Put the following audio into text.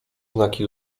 znaki